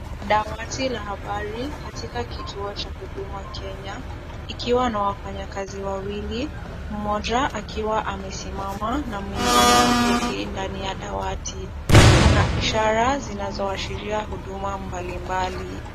Dawati la habari katika kituo cha Huduma Kenya, ikiwa na wafanyakazi wawili, mmoja akiwa amesimama na mwingine kuketi ndani ya dawati. Kuna ishara zinazowashiria huduma mbalimbali.